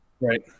Right